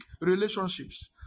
relationships